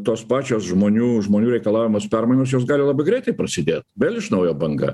tos pačios žmonių žmonių reikalaujamos permainos jos gali labai greitai prasidėt vėl iš naujo banga